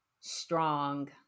strong